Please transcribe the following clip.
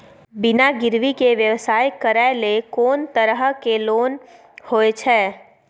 बिना गिरवी के व्यवसाय करै ले कोन तरह के लोन होए छै?